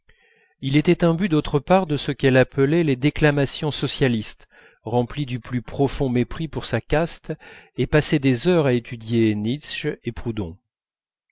il était imbu d'autre part de ce qu'elle appelait les déclamations socialistes rempli du plus profond mépris pour sa caste et passait des heures à étudier nietzsche et proudhon